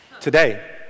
Today